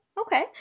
Okay